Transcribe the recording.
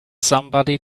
somebody